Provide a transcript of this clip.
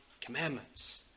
commandments